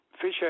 Fisher